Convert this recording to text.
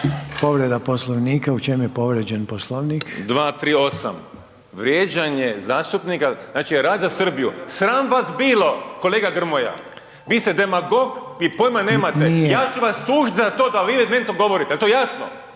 Povreda Poslovnika, u čemu je povrijeđen Poslovnik? **Kovač, Miro (HDZ)** 238. vrijeđanje zastupnika, znači, rad za Srbiju, sram vas bilo kolega Grmoja, vi ste demagog, vi pojma nemate, ja ću vas tužiti za to da vi to meni govorite, je to jasno?